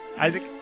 Isaac